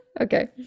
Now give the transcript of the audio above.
Okay